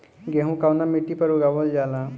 गेहूं कवना मिट्टी पर उगावल जाला?